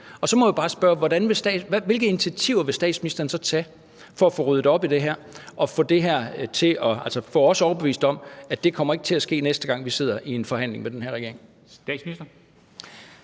Så må jeg bare spørge: Hvilke initiativer vil statsministeren så tage for at få ryddet op i det her og få os overbevist om, at det her ikke kommer til at ske, næste gang vi sidder i en forhandling med den her regering?